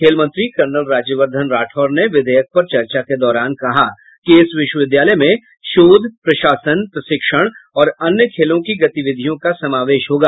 खेल मंत्री कर्नल राज्यवर्धन राठौड़ ने विधेयक पर चर्चा के दौरान कहा कि इस विश्वविद्यालय में शोध प्रशासन प्रशिक्षण और अन्य खेलों की गतिविधियों का समावेश होगा